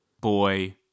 boy